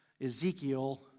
Ezekiel